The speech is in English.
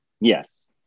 Yes